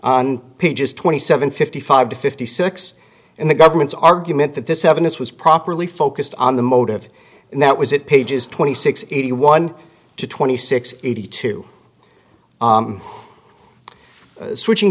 on pages twenty seven fifty five to fifty six in the government's argument that this evidence was properly focused on the motive and that was it pages twenty six eighty one to twenty six eighty two switching